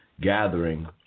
gathering